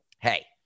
Hey